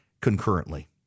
concurrently